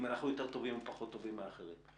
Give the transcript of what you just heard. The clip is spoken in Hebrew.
אנחנו יותר טובים או פחות טובים מאחרים.